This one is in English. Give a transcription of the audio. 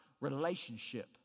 relationship